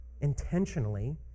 intentionally